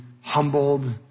humbled